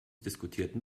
diskutierten